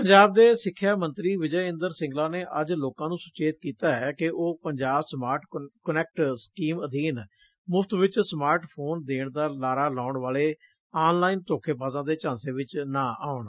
ਪੰਜਾਬ ਦੇ ਸਿੱਖਿਆ ਮੰਤਰੀ ਵਿਜੈ ਇੰਦਰ ਸਿੰਗਲਾ ਨੇ ਅੱਜ ਲੋਕਾਂ ਨੂੰ ਸੁਚੇਤ ਕੀਤਾ ਕਿ ਉਹ ਪੰਜਾਬ ਸਮਾਰਟ ਕੁਨੈਕਟ ਸਕੀਮ ਅਧੀਨ ਮੁਫ਼ਤ ਵਿੱਚ ਸਮਾਰਟ ਫ਼ੋਨ ਦੇਣ ਦਾ ਲਾਰਾ ਲਾਉਣ ਵਾਲੇ ਆਨਲਾਈਨ ਧੋਖੇਬਾਜ਼ਾਂ ਦੇ ਝਾਂਸੇ ਵਿੱਚ ਨਾ ਆਉਣ